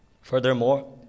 Furthermore